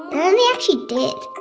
and then they actually did.